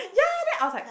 ya then I was like